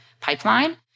pipeline